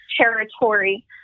territory